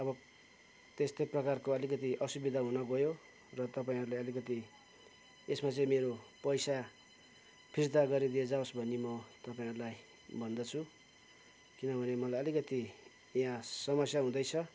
अब त्यस्तै प्रकारको अलिकति असुविधा हुन गयो र तपाईँहरूले अलिकति यसमा चाहिँ मेरो पैसा फिर्ता गरिदियाजावस् भनी म तपाईँहरूलाई भन्दछु किनभने मलाई अलिकति यहाँ समस्या हुँदैछ